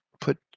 put